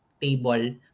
table